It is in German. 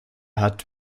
hat